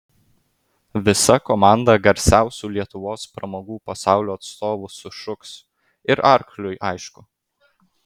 visa komanda garsiausių lietuvos pramogų pasaulio atstovų sušuks ir arkliui aišku